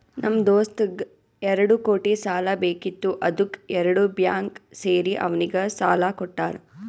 ನಮ್ ದೋಸ್ತಗ್ ಎರಡು ಕೋಟಿ ಸಾಲಾ ಬೇಕಿತ್ತು ಅದ್ದುಕ್ ಎರಡು ಬ್ಯಾಂಕ್ ಸೇರಿ ಅವ್ನಿಗ ಸಾಲಾ ಕೊಟ್ಟಾರ್